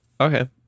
Okay